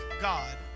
God